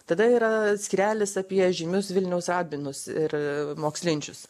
tada yra skyrelis apie žymius vilniaus rabinus ir mokslinčius